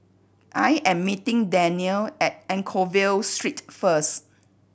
I am meeting Danniel at Anchorvale Street first